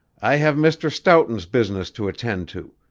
i have mr. stoughton's business to attend to.